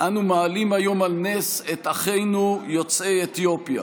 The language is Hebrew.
אנחנו מעלים היום על נס את אחינו יוצאי אתיופיה,